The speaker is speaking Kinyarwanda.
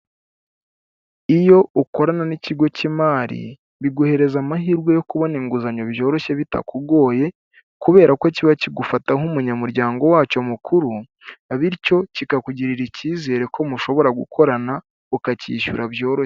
Iyo ukorana n'ikigo cy'imari, biguhereza amahirwe yo kubona inguzanyo byoroshye bitakugoye, kubera ko kiba kigufata nk'umunyamuryango wacyo mukuru, bityo kikakugirira icyizere ko mushobora gukorana, ukacyishyura byoroshye.